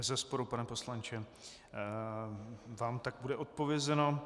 Bezesporu, pane poslanče, vám tak bude odpovězeno.